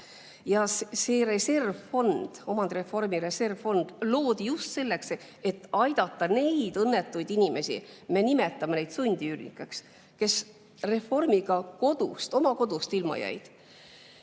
Ja see reservfond, omandireformi reservfond, loodi just selleks, et aidata neid õnnetuid inimesi, keda me nimetame sundüürnikeks ja kes reformiga oma kodust ilma jäid.